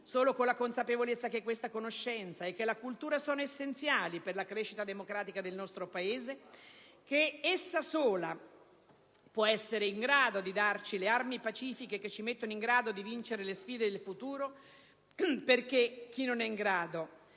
Solo la consapevolezza che questa conoscenza e la cultura sono essenziali per la crescita democratica del nostro Paese, essa sola può darci le armi pacifiche che ci mettono in grado di vincere le sfide del futuro, perché chi non è in grado